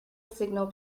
signal